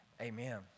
Amen